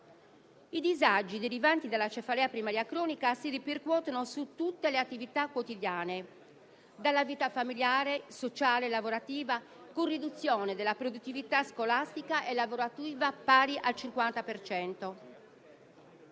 I disagi derivanti dalla cefalea primaria cronica si ripercuotono su tutte le attività quotidiane, dalla vita familiare e sociale a quella lavorativa, con riduzione della produttività scolastica e lavorativa pari al 50